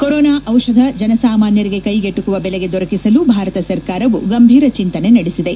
corona ದಿಷದ ಜನಸಾಮಾನ್ನರಿಗೆ ಕೈಗೆಟಕುವ ಬೆಲೆಗೆ ದೊರಕಿಸಲು ಭಾರತ ಸರ್ಕಾರವು ಗಂಭೀರ ಚಿಂತನೆ ನಡೆಸಿದೆ